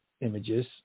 images